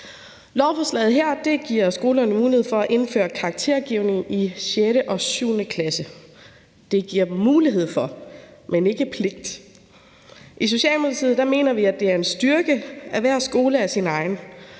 Lovforslaget her giver skolerne mulighed for at indføre karaktergivning i 6. og 7. klasse. Det giver dem mulighed for det, men ikke pligt til det. I Socialdemokratiet mener vi, det er en styrke, at hver skole er sin egen